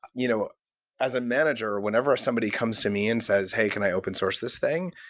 you know as a manager, whenever somebody comes to me and says, hey, can i open-source this thing?